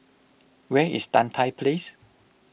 where is Tan Tye Place